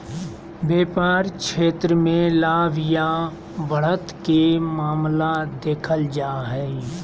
व्यापार क्षेत्र मे लाभ या बढ़त के मामला देखल जा हय